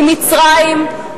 ממצרים,